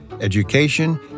education